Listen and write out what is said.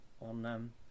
on